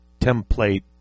template